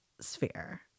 sphere